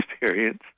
experience